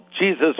Jesus